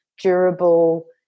durable